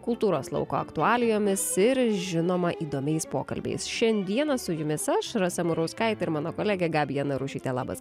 kultūros lauko aktualijomis ir žinoma įdomiais pokalbiais šiandieną su jumis aš rasa murauskaitė ir mano kolegė gabija narušytė labas